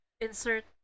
insert